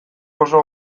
oso